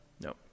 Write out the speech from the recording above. no